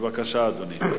בבקשה, אדוני.